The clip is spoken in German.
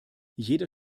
jeder